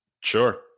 Sure